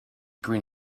green